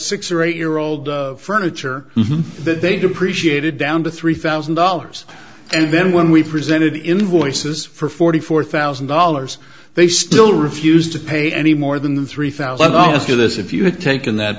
six or eight year old furniture that they depreciated down to three thousand dollars and then when we presented invoices for forty four thousand dollars they still refused to pay any more than the three thousand dollars to this if you had taken that